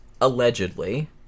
allegedly